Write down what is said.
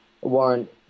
warrant